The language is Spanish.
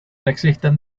existen